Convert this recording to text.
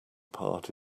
part